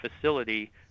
facility